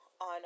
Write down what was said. on